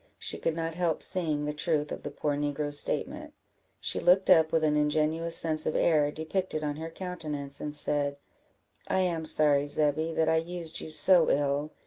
she could not help seeing the truth of the poor negro's statement she looked up, with an ingenuous sense of error depicted on her countenance, and said i am sorry, zebby, that i used you so ill,